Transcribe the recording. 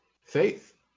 faith